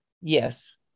Yes